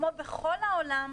כמו בכל העולם,